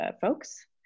folks